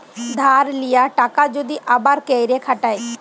ধার লিয়া টাকা যদি আবার ক্যইরে খাটায়